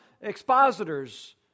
expositors